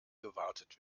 gewartet